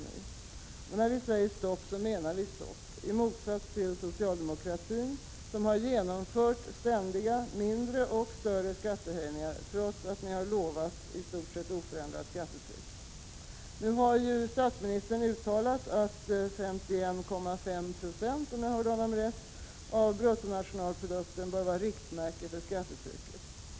Och när vi säger stopp menar vi stopp — i motsats till socialdemokratin som har genomfört ständiga mindre och större skattehöjningar, trots att ni har lovat ”i stort sett oförändrat skattetryck”. Nu har statsministern uttalat att 51,5 26, om jag hörde rätt, av bruttonationalprodukten bör vara riktmärke för skattetrycket.